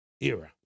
era